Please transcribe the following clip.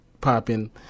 popping